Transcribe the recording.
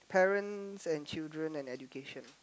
parents and children and education